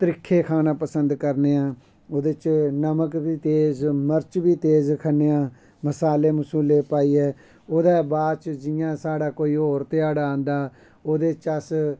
त्रिक्खे खाना पसंद करने आं एह्दो च नमक बी तेज म्रच बी तेज़ खन्ने आं मसाले मसूले पाईयै ओह्दै बाद च जियां साढ़ै कोई होर ध्याड़ा आंदा ऐ ओह्दे च अस